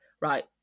right